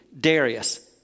Darius